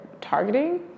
targeting